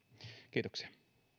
kiitoksia